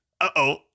uh-oh